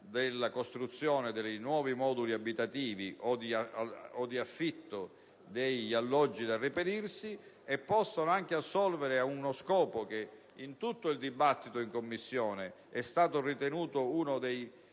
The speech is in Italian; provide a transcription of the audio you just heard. per la costruzione dei nuovi moduli abitativi o per l'affitto degli alloggi da reperirsi e possono anche assolvere ad uno scopo che in tutto il dibattito in Commissione è stato ritenuto uno degli